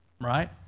right